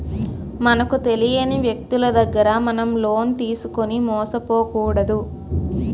మనకు తెలియని వ్యక్తులు దగ్గర మనం లోన్ తీసుకుని మోసపోకూడదు